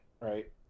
right